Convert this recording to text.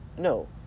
No